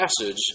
passage